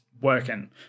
working